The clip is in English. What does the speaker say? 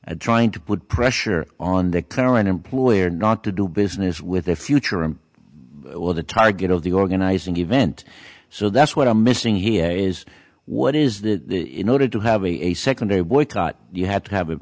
and trying to put pressure on the current employer not to do business with the future him or the target of the organizing event so that's what i'm missing here is what is that in order to have a a secondary boycott you had to have